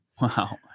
Wow